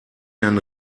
herrn